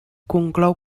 conclou